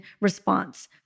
response